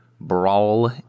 Brawl